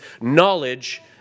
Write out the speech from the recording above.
knowledge